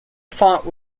font